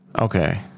Okay